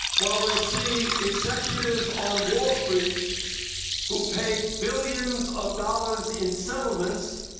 while they see executives on wall street who pay billions of dollars in settlements